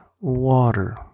water